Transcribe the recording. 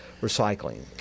recycling